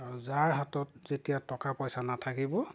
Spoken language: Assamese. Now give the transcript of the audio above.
যাৰ হাতত যেতিয়া টকা পইচা নাথাকিব